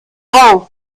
frau